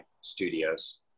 studios